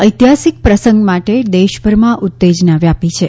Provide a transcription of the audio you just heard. ઐતિહાસિક પ્રસંગ માટે દેશભરમાં ઉત્તેજના વ્યાપી છે